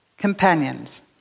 companions